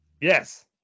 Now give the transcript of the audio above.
yes